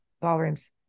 ballrooms